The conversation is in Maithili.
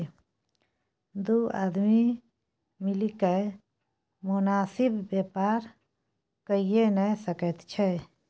दू आदमी मिलिकए मोनासिब बेपार कइये नै सकैत छै